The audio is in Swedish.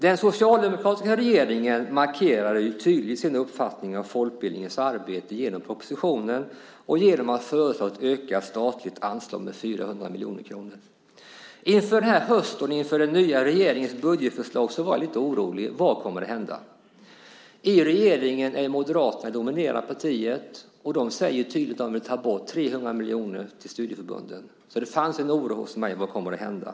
Den socialdemokratiska regeringen markerade tydligt sin uppfattning om folkbildningens arbete genom propositionen och genom att föreslå ett ökat statligt anslag med 400 miljoner kronor. Inför denna höst och den nya regeringens budgetförslag var jag lite orolig för vad som kommer att hända. I regeringen är Moderaterna det dominerande partiet, och de säger tydligt att de vill ta bort 300 miljoner från studieförbunden. Det fanns alltså hos mig en oro för vad som skulle komma att hända.